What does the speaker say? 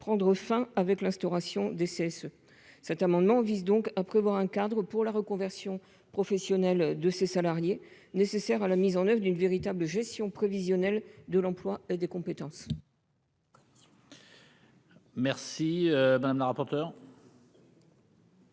prendre fin avec l'instauration des CSE. Cet amendement vise donc à prévoir un cadre pour la reconversion professionnelle de ces salariés, nécessaire à la mise en oeuvre d'une véritable gestion prévisionnelle de l'emploi et des compétences. Quel est l'avis de